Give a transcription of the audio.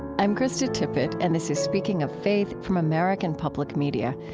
i'm krista tippett, and this is speaking of faith from american public media.